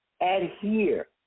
adhere